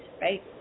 right